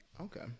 Okay